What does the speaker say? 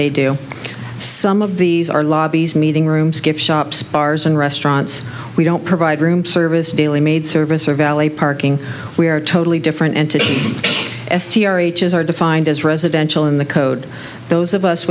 they do some of these are lobbies meeting rooms gift shops bars and restaurants we don't provide room service daily maid service or valet parking we are totally different and to s t r each are defined as residential in the code those of us